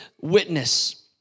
witness